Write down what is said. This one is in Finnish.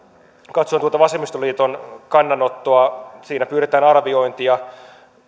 katsoin tuota vasemmistoliiton kannanottoa siinä pyydetään arviointia